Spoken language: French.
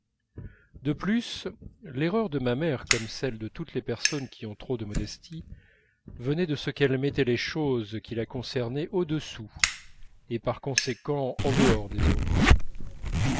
de plus l'erreur de ma mère comme celle de toutes les personnes qui ont trop de modestie venait de ce qu'elle mettait les choses qui la concernaient au-dessous et par conséquent en dehors des autres